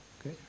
Okay